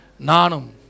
Nanum